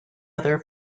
other